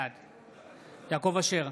בעד יעקב אשר,